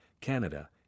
Canada